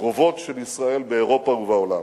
הקרובות של ישראל באירופה ובעולם.